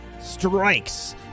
Strikes